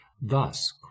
Thus